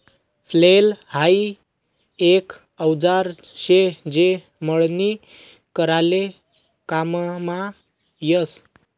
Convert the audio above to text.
flail हाई एक औजार शे जे मळणी कराले काममा यस